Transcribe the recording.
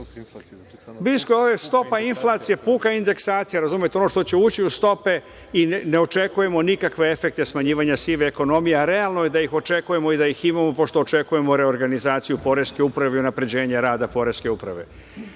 stopa inflacije je puka indeksacija, razumete, ono što će ući u stope i ne očekujemo nikakve efekte smanjivanja sive ekonomije, a realno je da ih očekujemo i da ih imamo, pošto očekujemo reorganizaciju poreske uprave i unapređenje rada poreske uprave.